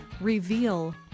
reveal